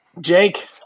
Jake